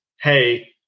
Hey